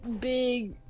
big